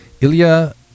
Ilya